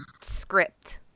script